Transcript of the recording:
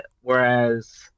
Whereas